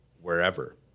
wherever